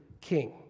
King